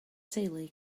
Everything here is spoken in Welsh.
teulu